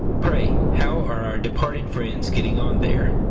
pray, how are our departed friends getting on there?